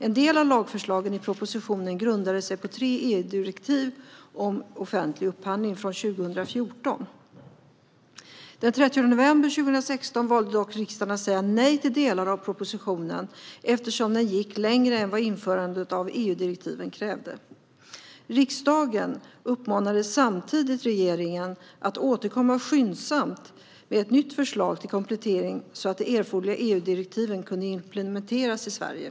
En del av lagförslagen i propositionen grundade sig på tre EU-direktiv om offentlig upphandling från 2014. Den 30 november 2016 valde dock riksdagen att säga nej till delar av propositionen, eftersom den gick längre än införandet av EU-direktiven krävde. Riksdagen uppmanade samtidigt regeringen att skyndsamt återkomma med ett nytt förslag till komplettering, så att de erforderliga EU-direktiven kunde implementeras i Sverige.